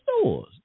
stores